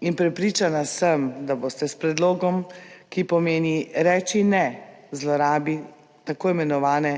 in prepričana sem, da boste s predlogom, ki pomeni reči ne zlorabi tako imenovane